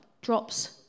drops